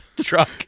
truck